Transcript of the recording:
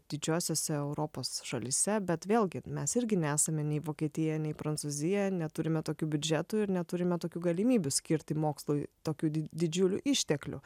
didžiosiose europos šalyse bet vėlgi mes irgi nesame nei vokietija nei prancūzija neturime tokių biudžetų ir neturime tokių galimybių skirti mokslui tokių di didžiulių išteklių